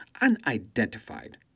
Unidentified